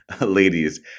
ladies